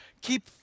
keep